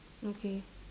okay